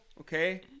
okay